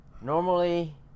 normally